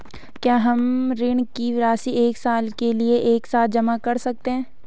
क्या हम ऋण की राशि एक साल के लिए एक साथ जमा कर सकते हैं?